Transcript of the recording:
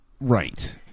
Right